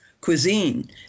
cuisine